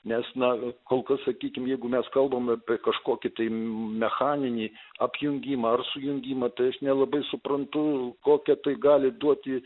nes na kol kas sakykime jeigu mes kalbame apie kažkokį mechaninį apjungimą ar sujungimą tai aš nelabai suprantu kokią tai gali duoti